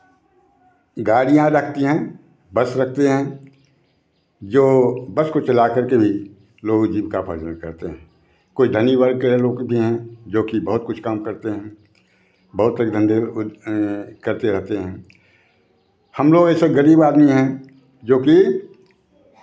गाड़ियाँ रखती हैं बस रखते हैं जो बस को चलाकर के भी लोग जीविकोपर्जन करते हैं कुछ धनी वर्ग के यह लोक भी हैं जो कि बहुत कुछ काम करते हैं बहुत एक धंधे करते रहते हैं हम लोग ऐसे गरीब आदमी हैं जोकि